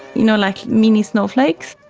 you know, like mini snowflakes,